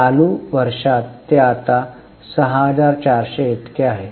चालू वर्षात ते आता 6400 इतके आहे